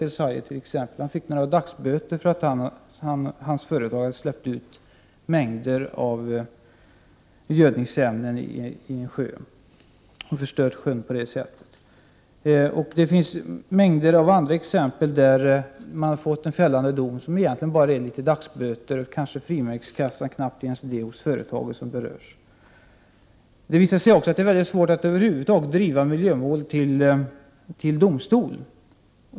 T.ex. fick Refat el-Sayed några dagsböter för att hans företag hade släppt ut mängder av gödningsämnen i en sjö och på det sättet förstört sjön. Det finns en mängd andra exempel där en fällande dom endast inneburit dagsböter, kanske av en frimärkskassas storlek eller knappt det, för de företag som berörs. Det visar sig också att det är väldigt svårt att driva miljömål till åtal och till domstol.